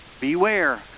beware